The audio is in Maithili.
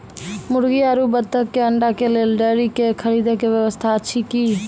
मुर्गी आरु बत्तक के अंडा के लेल डेयरी के खरीदे के व्यवस्था अछि कि?